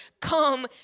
come